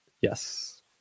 Yes